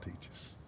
teaches